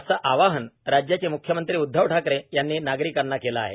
असं आवाहन राज्याचे म्ख्यमंत्री उद्वव ठाकरे यांनी नागरिकांना केलं आहे